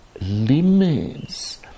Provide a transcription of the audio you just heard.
limits